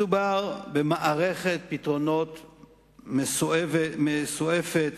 מדובר במערכת פתרונות מסועפת,